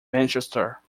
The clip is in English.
manchester